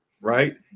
Right